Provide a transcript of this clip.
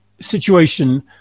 situation